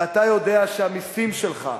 ואתה יודע שהמסים שלך,